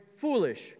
foolish